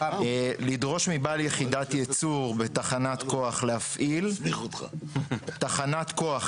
כתוב "לדרוש מבעל יחידת ייצור בתחנת כוח להפעיל תחנת כוח".